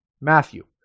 Matthew